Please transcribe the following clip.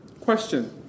Question